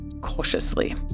cautiously